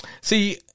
See